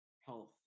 health